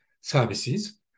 services